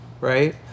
Right